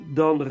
dan